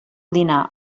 dinar